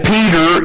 Peter